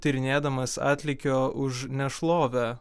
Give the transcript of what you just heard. tyrinėdamas atlygio už nešlovę